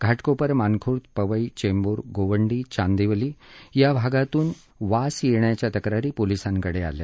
घाटकोपर मानखुर्द पवई चेंबूर गोवंडी चांदिवली या भागातून गॅस गळतीमुळे वास येण्याच्या तक्रारी पोलिसांकडे आल्या